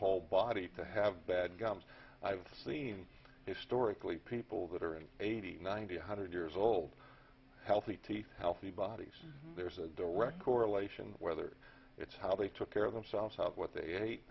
whole body to have bad gums i've seen historically people that are in eighty ninety one hundred years old healthy teeth healthy bodies there's a direct correlation whether it's how they took care of themselves what the